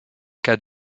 cas